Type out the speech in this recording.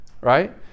right